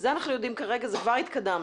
זה אנחנו יודעים כרגע, כבר התקדמנו.